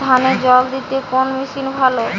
ধানে জল দিতে কোন মেশিন ভালো?